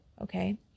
okay